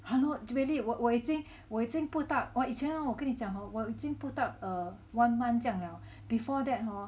!hannor! really 我已经不大我以前 hor 我跟你讲 hor 我已经 put up err one month 这样 liao before that hor